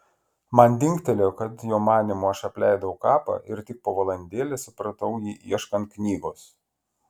man dingtelėjo kad jo manymu aš apleidau kapą ir tik po valandėlės supratau jį ieškant knygos